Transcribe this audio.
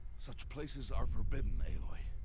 such places are forbidden, aloy.